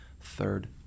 third